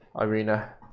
Irina